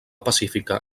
pacífica